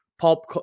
pop